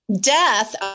death